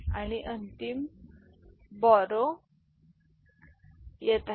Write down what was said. तर अंतिम वाहून बोरो 0 बरोबर आहे